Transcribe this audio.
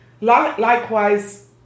Likewise